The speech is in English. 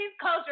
culture